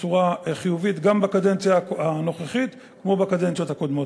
בצורה חיובית גם בקדנציה הנוכחית כמו בקדנציות הקודמות.